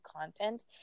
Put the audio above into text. content